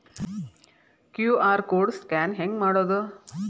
QR code scan ಹೆಂಗ್ ಮಾಡೋದು?